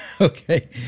Okay